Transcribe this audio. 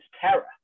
terror